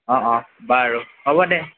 অঁ অঁ বাৰু হ'ব দে